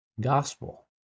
gospel